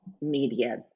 media